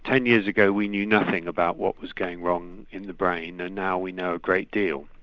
and years ago we knew nothing about what was going wrong in the brain and now we know a great deal,